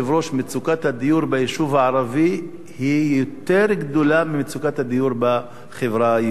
מצוקת הדיור ביישוב הערבי היא יותר גדולה ממצוקת הדיור בחברה היהודית.